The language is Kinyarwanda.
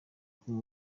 kuba